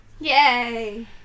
Yay